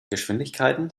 geschwindigkeiten